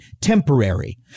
temporary